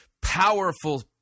powerful